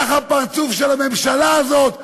כך הפרצוף של הממשלה הזאת,